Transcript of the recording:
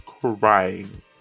crying